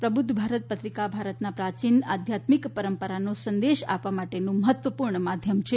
પ્રબુધ્ધ ભારત પત્રિકા ભારતના પ્રાચીન આધ્યાત્મિક પરંપરાનો સંદેશ આપવા માટેનું મહત્વપૂર્ણ માધ્યમ છે